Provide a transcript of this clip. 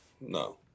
no